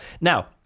Now